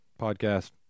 podcast